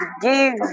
give